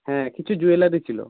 হ্যাঁ কিছু জুয়েলারি ছিল